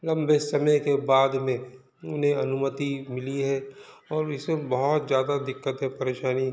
लंबे समय के बाद में उन्हें अनुमति मिली है और इससे बहुत ज़्यादा दिक्कतें परेशानी